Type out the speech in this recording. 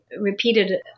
repeated